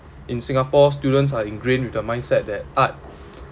in singapore students are ingrained with the mindset that art